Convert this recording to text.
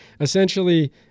essentially